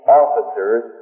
officers